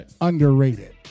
underrated